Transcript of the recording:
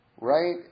right